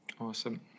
Awesome